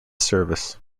service